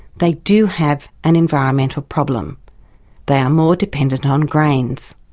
they do have an environmental problem they are more dependent on grains.